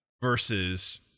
versus